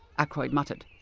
ackroyd muttered,